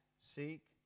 seek